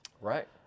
Right